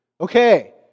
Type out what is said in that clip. Okay